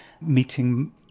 meeting